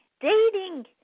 Dating